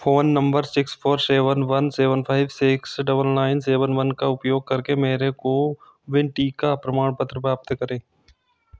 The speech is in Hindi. phone number six four seven one seven five six double nine nine seven one का उपयोग करके मेरा कोविन टीका प्रमाणपत्र प्राप्त करें